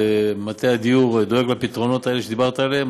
מטה הדיור דואג לפתרונות האלה, שדיברת עליהם.